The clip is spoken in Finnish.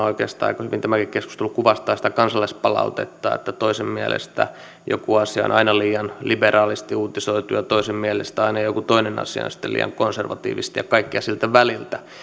oikeastaan aika hyvin kuvastaa kansalaispalautetta missä toisen mielestä joku asia on aina liian liberaalisti uutisoitu ja toisen mielestä aina joku toinen asia on sitten liian konservatiivista ja kaikkea siltä väliltä